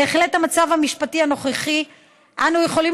בהחלט במצב המשפטי הנוכחי אנו יכולים